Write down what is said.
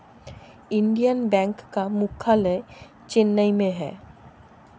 Indian Bank का मुख्यालय चेन्नई में है